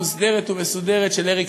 מוסדרת ומסודרת של אריק,